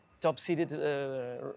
top-seeded